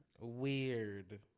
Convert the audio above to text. Weird